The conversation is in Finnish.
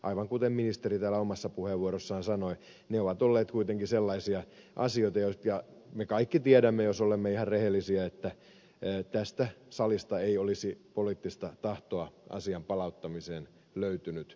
aivan kuten ministeri täällä omassa puheenvuorossaan sanoi ne ovat olleet kuitenkin sellaisia asioita että me kaikki tiedämme jos olemme ihan rehellisiä että tästä salista ei olisi poliittista tahtoa asian palauttamiseen löytynyt